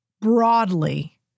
broadly